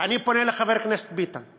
ואני פונה לחבר הכנסת ביטן: